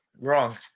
Wrong